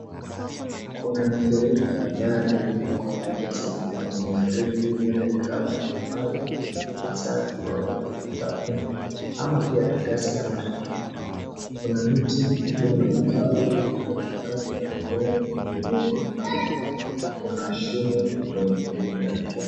Kuna mifereji kadhaa iliyopakwa rangi ya samawati. Mifereji hii huenda ikawa ni ya maji masafi au maji machafu ama pia ya gesi ama hewa. Kuna mti ulio na matawi na majani ya kijani ukiwa umenena. Kuna shimo kwenye mifereji inatokea.